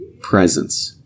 presence